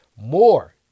more